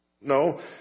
No